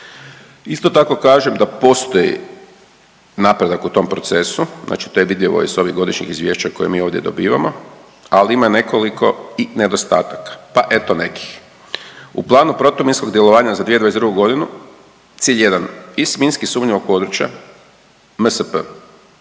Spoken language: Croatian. Isto tako kažem da postoji napredak u tom procesu. Znači to je vidljivo i iz ovih godišnjih izvješća koje mi ovdje dobivamo, ali ima nekoliko i nedostataka, pa eto nekih. U Planu protuminskog djelovanja za 2022. godinu cilj 1 iz minski sumnjivog područja MSP